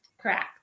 Correct